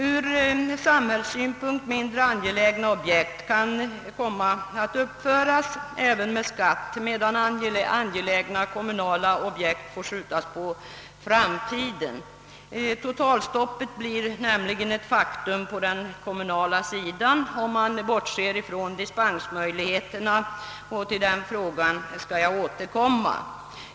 Ur — samhällsekonomisk = synpunkt mindre angelägna objekt kan komma att uppföras även med skatten, medan angelägna kommunala objekt får skjutas på framtiden. Totalstoppet blir nämligen ett faktum på den kommunala sidan, om man bortser från dispensmöjligheterna — och till den frågan skall jag återkomma.